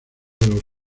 los